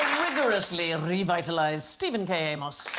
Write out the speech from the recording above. rigorously and revitalized stephen k amos